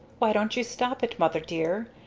why don't you stop it mother dear?